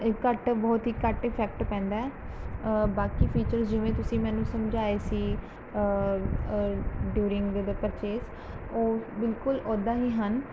ਇਹ ਘੱਟ ਬਹੁਤ ਹੀ ਘੱਟ ਇਫੈਕਟ ਪੈਂਦਾ ਬਾਕੀ ਫੀਚਰ ਜਿਵੇਂ ਤੁਸੀਂ ਮੈਨੂੰ ਸਮਝਾਏ ਸੀ ਡਿਊਰਿੰਗ ਦਾ ਪ੍ਰਚੇਜ਼ ਉਹ ਬਿਲਕੁਲ ਉੱਦਾਂ ਹੀ ਹਨ